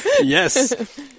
Yes